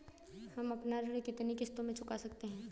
हम अपना ऋण कितनी किश्तों में चुका सकते हैं?